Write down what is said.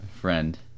friend